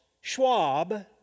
Schwab